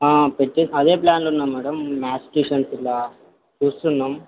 ఆ పెట్టె అదే ప్లాన్లో ఉన్నాం మేడం మ్యాథ్స్ ట్యూషన్ ఇట్లా చూస్తున్నాం